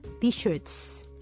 T-shirts